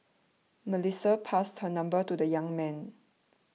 Melissa passed her number to the young man